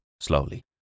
slowly